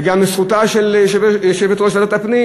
זה גם בזכותה של יושבת-ראש ועדת הפנים